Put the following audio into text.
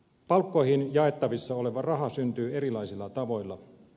palkkoihin jaettavissa oleva raha syntyy erilaisilla tavoilla